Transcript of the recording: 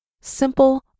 simple